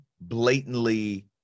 blatantly